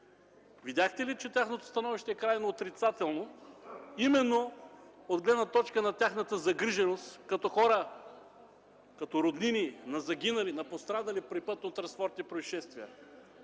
Видяхте ли, че тяхното становище е крайно отрицателно именно от гледна точка на загрижеността им като хора, като роднини на загинали, пострадали при пътнотранспортни произшествия?